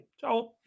ciao